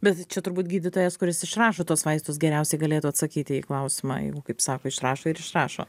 bet tai čia turbūt gydytojas kuris išrašo tuos vaistus geriausiai galėtų atsakyti į klausimą jeigu kaip sako išrašo ir išrašo